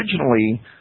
originally